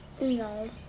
No